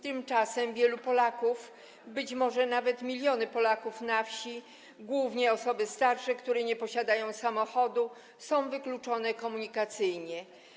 Tymczasem wielu Polaków, być może nawet miliony Polaków na wsi - głównie osoby starsze, które nie posiadają samochodu - są wykluczone komunikacyjnie.